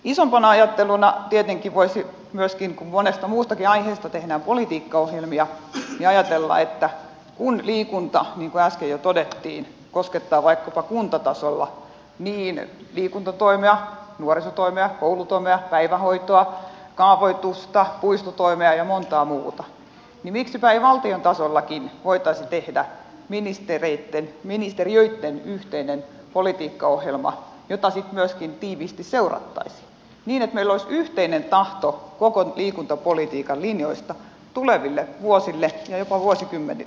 isompana ajatteluna tietenkin voisi myöskin kun monesta muustakin aiheesta tehdään politiikkaohjelmia ajatella että kun liikunta niin kuin äsken jo todettiin koskettaa vaikkapa kuntatasolla niin liikuntatoimea nuorisotoimea koulutoimea päivähoitoa kaavoitusta puistotoimea kuin montaa muuta niin miksipä ei valtion tasollakin voitaisi tehdä ministeriöitten yhteinen politiikkaohjelma jota sitten myöskin tiiviisti seurattaisiin niin että meillä olisi yhteinen tahto koko liikuntapolitiikan linjoista tuleville vuosille ja jopa vuosikymmenille